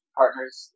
partners